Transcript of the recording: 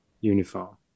uniform